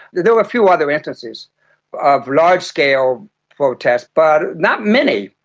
there were a few other instances of large-scale protests, but not many.